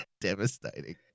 Devastating